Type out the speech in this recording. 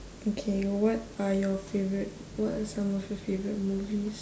okay what are your favourite what are some of your favourite movies